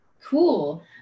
Cool